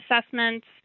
assessments